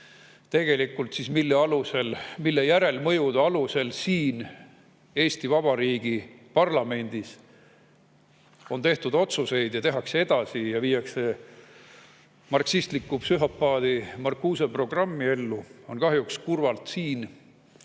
tegelikult, mille järelmõjude alusel siin Eesti Vabariigi parlamendis on tehtud otsuseid ja tehakse edasi ja viiakse marksistliku psühhopaadi Marcuse programmi ellu, see on kahjuks nii.